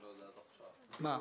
בינוי.